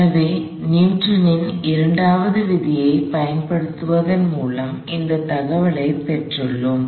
எனவே நியூட்டனின் இரண்டாவது விதியைப் பயன்படுத்துவதன் மூலம் இந்தத் தகவலைப் பெற்றுள்ளோம்